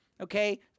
okay